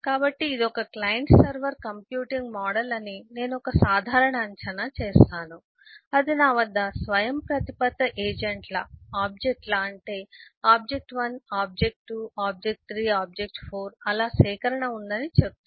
కాబట్టి ఇది ఒక క్లయింట్ సర్వర్ కంప్యూటింగ్ మోడల్ అని నేను ఒక సాధారణ అంచనా చేస్తాను అది నా వద్ద స్వయంప్రతిపత్త ఏజెంట్ల ఆబ్జెక్ట్ ల అంటే ఆబ్జెక్ట్ 1 ఆబ్జెక్ట్ 2 ఆబ్జెక్ట్ 3 ఆబ్జెక్ట్ 4 అలా సేకరణ ఉందని చెప్తుంది